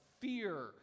fear